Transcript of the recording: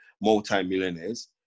multi-millionaires